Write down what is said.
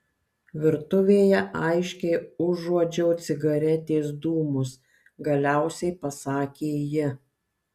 virtuvėje aiškiai užuodžiau cigaretės dūmus galiausiai pasakė ji